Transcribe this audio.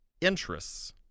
interests